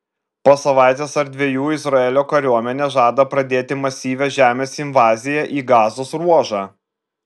po savaitės ar dviejų izraelio kariuomenė žada pradėti masyvią žemės invaziją į gazos ruožą